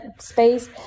space